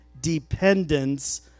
dependence